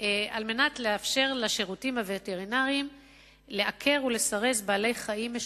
כדי לאפשר לשירותים הווטרינריים לעקר ולסרס בעלי-חיים משוטטים.